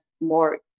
more